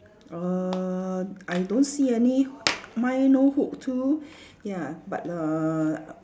err I don't see any mine no hook too ya but err